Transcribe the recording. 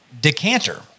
decanter